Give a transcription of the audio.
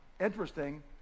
Interesting